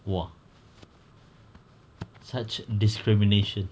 !wah! such discrimination